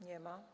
Nie ma.